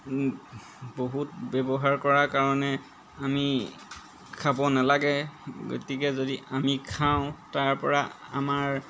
বহুত ব্যৱহাৰ কৰা কাৰণে আমি খাব নালাগে গতিকে যদি আমি খাওঁ তাৰ পৰা আমাৰ